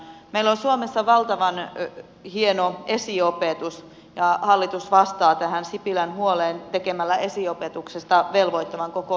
meillä on suomessa valtavan hieno esiopetus ja hallitus vastaa tähän sipilän huoleen tekemällä esiopetuksesta velvoittavan koko ikäluokalle